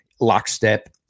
lockstep